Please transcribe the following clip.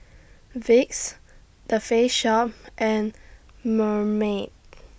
Vicks The Face Shop and Marmite